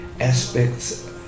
aspects